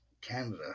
Canada